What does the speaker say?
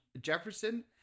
Jefferson